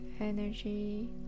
energy